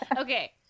okay